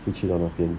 就去到那边